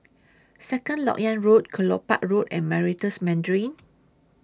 Second Lok Yang Road Kelopak Road and Meritus Mandarin